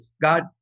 God